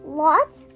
lots